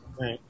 Right